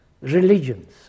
religions